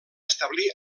establir